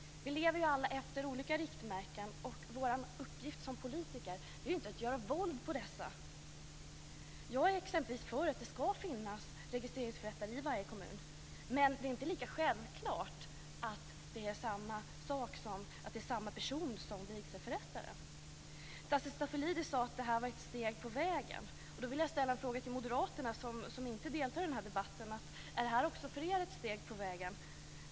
Vi lever alla efter olika riktmärken, och politikernas uppgift är ju inte att göra våld på dessa. Jag är för att det ska finnas registreringsförrättare i varje kommun. Men det är inte lika självklart att det ska vara samma person som den som är vigselförrättare. Tasso Stafilidis sade att detta var ett steg på vägen. Då vill jag ställa en fråga till moderaterna som inte deltar i debatten: Är det här ett steg på vägen också för er?